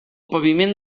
paviment